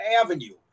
Avenue